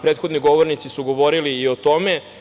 Prethodni govornici su govorili i o tome.